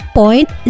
point